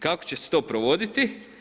Kako će se to provoditi?